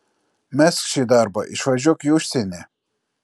mesk šį darbą išvažiuok į užsienį